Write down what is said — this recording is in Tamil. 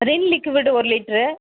ரின் லிக்யூடு ஒரு லிட்டரு